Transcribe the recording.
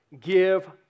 give